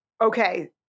okay